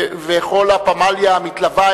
וכל הפמליה המתלווה.